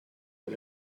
but